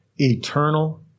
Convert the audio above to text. eternal